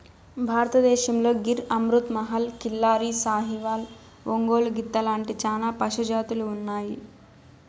భారతదేశంలో గిర్, అమృత్ మహల్, కిల్లారి, సాహివాల్, ఒంగోలు గిత్త లాంటి చానా పశు జాతులు ఉన్నాయి